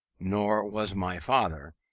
nor was my father,